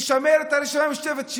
לשמר את הרשימה המשותפת,